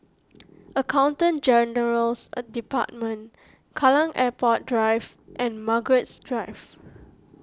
Accountant General's Department Kallang Airport Drive and Margaret Drive